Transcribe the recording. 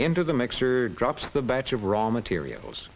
into the mixer drops the batch of raw materials